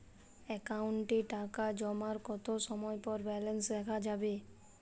অ্যাকাউন্টে টাকা জমার কতো সময় পর ব্যালেন্স দেখা যাবে?